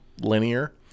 linear